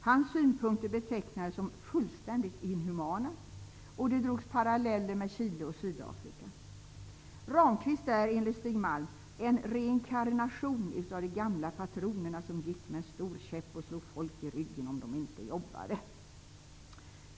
Hans synpunkter betecknades som ''fullständigt inhumana'', och det drogs paralleller med Sydafrika och Chile. Ramqvist är, enligt Stig Malm, ''en reinkarnation av de gamla patronerna som gick med en stor käpp och slog folk i ryggen om de inte jobbade.''